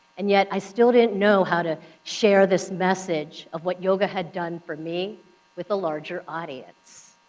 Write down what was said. and yet i still didn't know how to share this message of what yoga had done for me with a larger audience.